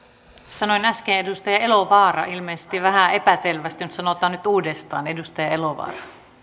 sanoin äsken edustaja elovaara ilmeisesti vähän epäselvästi sanotaan nyt uudestaan edustaja elovaara